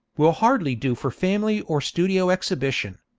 will hardly do for family or studio exhibition.